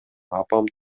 апам